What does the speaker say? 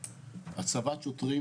עופר,